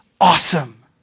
awesome